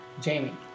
Jamie